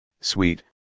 sweet